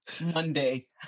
monday